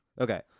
Okay